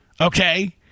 okay